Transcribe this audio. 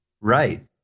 Right